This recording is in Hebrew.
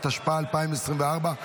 התשפ"ה 2024,